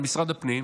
על משרד הפנים,